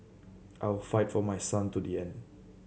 I will fight for my son to the end